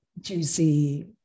juicy